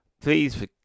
please